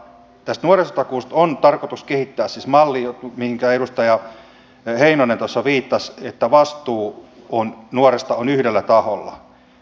tästä nuorisotakuusta on tarkoitus siis kehittää malli mihinkä edustaja heinonen tuossa viittasi jossa vastuu nuoresta on yhdellä taholla